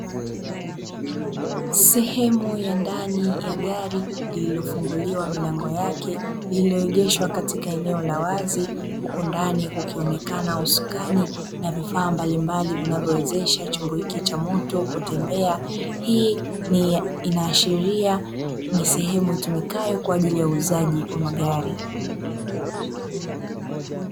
Sehemu ya ndani ya gari lililofunguliwa milango yake, lililoegeshwa katika eneo la wazi, huku ndani kukionekana uskani na vifaa mbalimbali vinavowezesha chombo hiki cha moto kutembea. Hii inaashiria, ni sehemu itumikayo kwa ajili ya uuzaji wa magari.